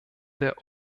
der